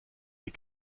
des